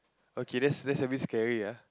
okay that's that's a bit scary ah